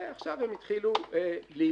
ועכשיו הם התחילו להימכר.